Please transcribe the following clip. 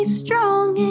strong